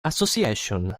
association